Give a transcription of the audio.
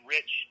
Rich